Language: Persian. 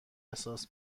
احساس